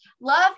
Love